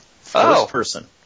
First-person